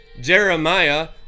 Jeremiah